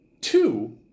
Two